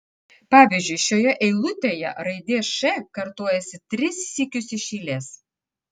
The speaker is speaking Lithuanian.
pavyzdžiui šioje eilutėje raidė š kartojasi tris sykius iš eilės